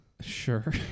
Sure